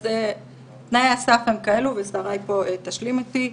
אז תנאי הסף הם כאלו, ושריי פה תשלים אותי.